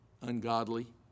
ungodly